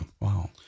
Wow